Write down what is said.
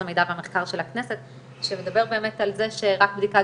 וחלק מזה קשור לאורח חיים שלנו ושינויים דמוגרפיים